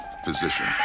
physician